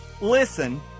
listen